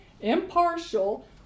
impartial